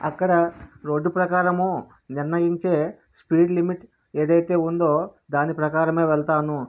అక్కడ రోడ్డు ప్రకారము నిర్ణయించే స్పీడ్ లిమిట్ ఏదైతే ఉందో దాని ప్రకారం వెళ్తాను